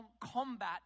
combat